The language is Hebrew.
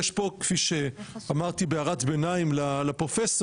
יש פה כפי שאמרתי בהערת ביניים לפרופסור,